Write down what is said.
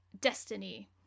destiny